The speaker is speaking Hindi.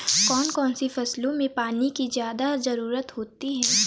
कौन कौन सी फसलों में पानी की ज्यादा ज़रुरत होती है?